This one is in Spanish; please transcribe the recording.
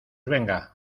venga